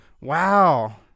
Wow